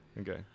Okay